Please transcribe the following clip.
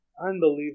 Unbelievable